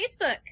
Facebook